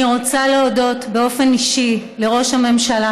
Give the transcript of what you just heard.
אני רוצה להודות באופן אישי לראש הממשלה,